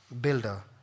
builder